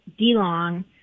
DeLong